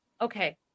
okay